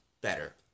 better